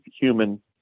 human